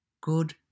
Good